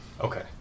Okay